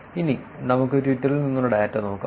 ഇനി നമുക്ക് ട്വിറ്ററിൽ നിന്നുള്ള ഡാറ്റ നോക്കാം